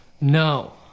No